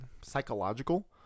psychological